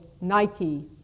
Nike